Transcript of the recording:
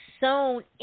sown